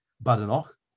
badenoch